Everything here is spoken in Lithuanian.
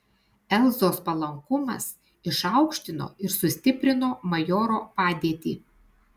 elzos palankumas išaukštino ir sustiprino majoro padėtį